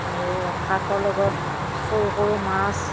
আৰু শাকৰ লগত সৰু সৰু মাছ